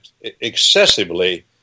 excessively